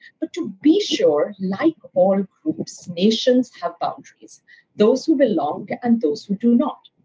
but to be sure, like all groups, nations have boundaries those who belong and those who do not.